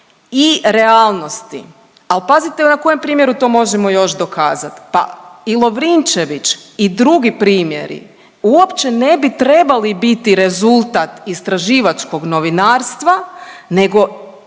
i realnosti, ali pazite na kojem primjeru to možemo još dokazati. Pa i Lovrinčević i drugi primjeri uopće ne bi trebali biti rezultat istraživačkog novinarstva nego